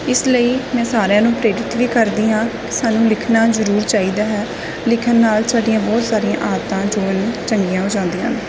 ਇਸ ਲਈ ਮੈਂ ਸਾਰਿਆਂ ਨੂੰ ਪ੍ਰੇਰਿਤ ਵੀ ਕਰਦੀ ਹਾਂ ਸਾਨੂੰ ਲਿਖਣਾ ਜ਼ਰੂਰ ਚਾਹੀਦਾ ਹੈ ਲਿਖਣ ਨਾਲ ਸਾਡੀਆਂ ਬਹੁਤ ਸਾਰੀਆਂ ਆਦਤਾਂ ਜੋ ਹਨ ਚੰਗੀਆਂ ਹੋ ਜਾਂਦੀਆਂ ਹਨ